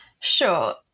Sure